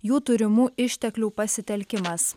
jų turimų išteklių pasitelkimas